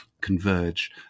converge